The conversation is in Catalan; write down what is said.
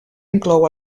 inclou